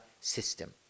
system